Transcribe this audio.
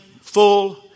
full